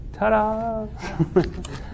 Ta-da